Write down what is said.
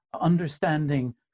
understanding